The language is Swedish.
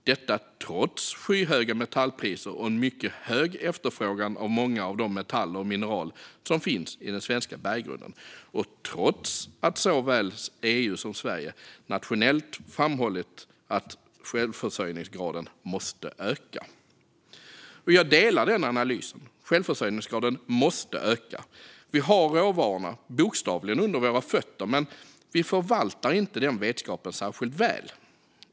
Det gäller trots skyhöga metallpriser och en mycket stor efterfrågan på många av de metaller och mineral som finns i den svenska berggrunden och trots att såväl EU som Sverige nationellt har framhållit att självförsörjningsgraden måste öka. Jag håller med om den analysen. Självförsörjningsgraden måste öka. Vi har råvarorna bokstavligen under våra fötter, men vi förvaltar inte den vetskapen särskilt väl.